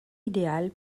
idéale